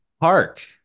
park